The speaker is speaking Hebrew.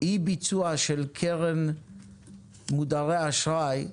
אי ביצוע של קרן מודרי אשראי,